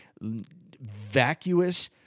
vacuous